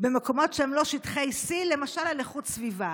במקומות שהם לא שטחי C למשל על איכות סביבה.